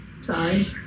Sorry